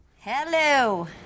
Hello